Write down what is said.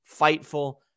fightful